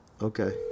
Okay